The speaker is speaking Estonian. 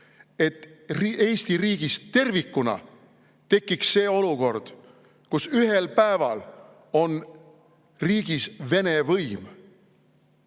et Eesti riigis tervikuna tekiks olukord, kus ühel päeval on riigis vene võim.